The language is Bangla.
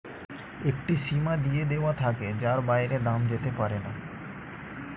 একটি সীমা দিয়ে দেওয়া থাকে যার বাইরে দাম যেতে পারেনা